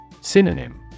SYNONYM